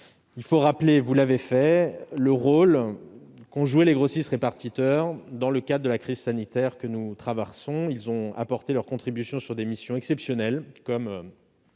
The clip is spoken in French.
Rappelons, vous l'avez fait, le rôle qu'ont joué les grossistes-répartiteurs dans le cadre de la crise sanitaire que nous traversons. Ils ont apporté leur contribution sur des missions exceptionnelles, comme